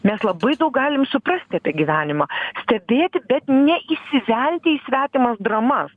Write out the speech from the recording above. mes labai daug galim suprasti apie gyvenimą stebėti bet ne įsivelti į svetimas dramas